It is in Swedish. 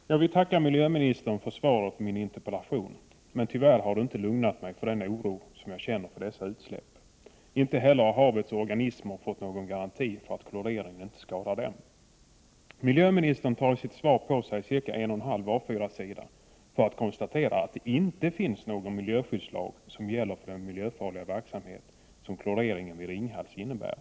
Herr talman! Jag vill tacka miljöministern för svaret på min interpellation. Det har tyvärr inte lugnat mig när det gäller den oro som jag känner inför dessa utsläpp. Havets organismer har inte heller fått någon garanti för att kloreringen inte skadar dem. I det skrivna svaret använder miljöministern cirka en och en halv A4-sida för att konstatera att det inte finns någon miljöskyddslag som gäller för den miljöfarliga verksamhet som kloreringen vid Ringhals innebär.